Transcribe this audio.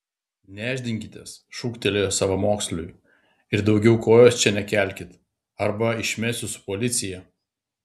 nešdinkitės šūktelėjo savamoksliui ir daugiau kojos čia nekelkit arba išmesiu su policija